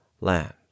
land